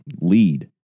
lead